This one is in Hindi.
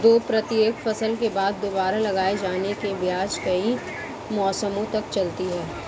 जो प्रत्येक फसल के बाद दोबारा लगाए जाने के बजाय कई मौसमों तक चलती है